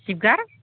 जिब गार्ड